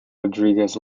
rodriguez